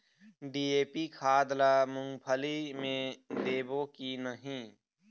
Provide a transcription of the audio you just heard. DAP खाद ला मुंगफली मे देबो की नहीं?